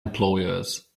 employers